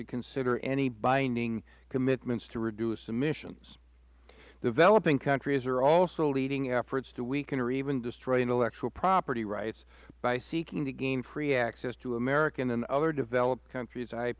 to consider any binding commitments to reduce emissions the developing countries are also leading efforts to weaken or even destroy intellectual property rights by seeking to gain free access to american and other developed countries